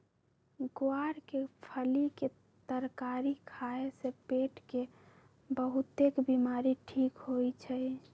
ग्वार के फली के तरकारी खाए से पेट के बहुतेक बीमारी ठीक होई छई